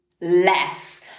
less